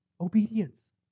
obedience